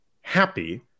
happy